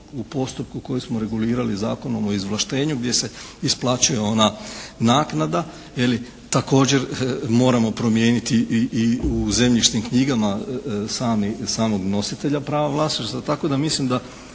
u postupku koji smo regulirali Zakonom o izvlaštenju gdje se isplaćuje ona naknada je li, također moramo promijeniti i u zemljišnim knjigama sami, samog nositelja prava vlasništva tako da mislim da